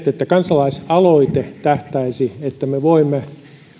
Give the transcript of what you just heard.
että kansalaisaloite nimenomaan tähtäisi siihen että me voimme